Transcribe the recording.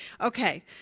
Okay